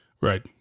Right